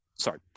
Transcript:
sorry